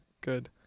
good